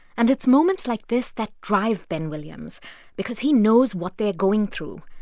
and it's moments like this that drive ben williams because he knows what they're going through.